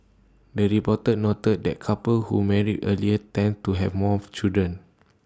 the report noted that couples who marry earlier tend to have more children